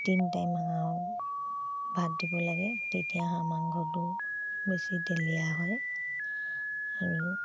তিনি টাইম হাঁহক ভাত দিব লাগে তেতিয়া হাঁহ মাংসটো বেছি তেলীয়া হয় আৰু